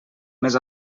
més